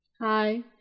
Hi